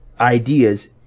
ideas